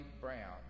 Brown